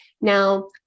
now